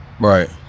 Right